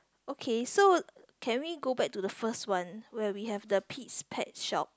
okay so can we go back to the first one where we have the Pete's pet shop